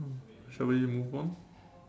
shall we move on